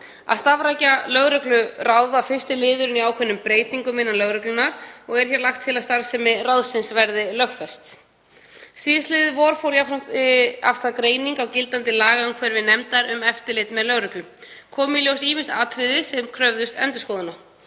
Að starfrækja lögregluráð var fyrsti liðurinn í ákveðnum breytingum innan lögreglunnar og er lagt til að starfsemi ráðsins verði lögfest. Síðastliðið vor fór jafnframt af stað greining á gildandi lagaumhverfi nefndar um eftirlit með lögreglu. Komu í ljós ýmis atriði sem kröfðust endurskoðunar.